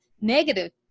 negative